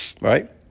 right